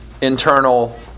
internal